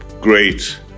great